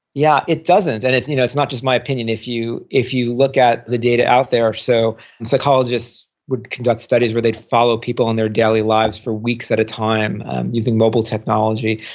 yeah, it doesn't, and it's you know it's not just my opinion if you if you look at the data out there. so and psychologists would would conduct studies where they'd follow people in their daily lives for weeks at a time using mobile technology.